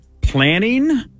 planning